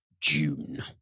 June